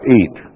eat